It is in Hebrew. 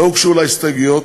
לא הוגשו לה הסתייגויות,